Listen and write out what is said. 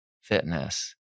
fitness